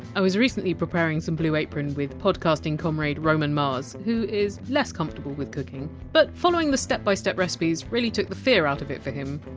i was recently preparing some blue apron with podcasting comrade roman mars, who is less comfortable with cooking, but following the step-by-step recipes really took the fear out of it for him.